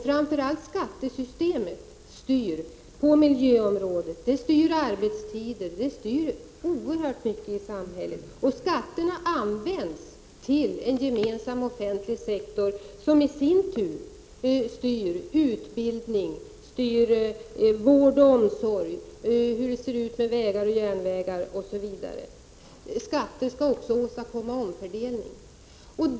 Framför allt skattesystemet styr på miljöområdet: det styr arbetstider och oerhört mycket annat i samhället. Skatterna används till en gemensam offentlig sek tor som i sin tur styr utbildning, vård och omsorg, vägar och järnvägar osv. Skatter skall också åstadkomma omfördelning.